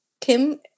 Kim